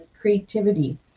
Creativity